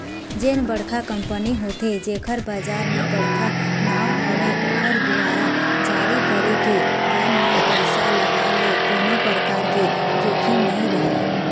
जेन बड़का कंपनी होथे जेखर बजार म बड़का नांव हवय ओखर दुवारा जारी करे गे बांड म पइसा लगाय ले कोनो परकार के जोखिम नइ राहय